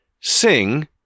Sing